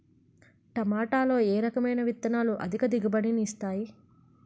టమాటాలో ఏ రకమైన విత్తనాలు అధిక దిగుబడిని ఇస్తాయి